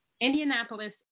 Indianapolis